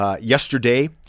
yesterday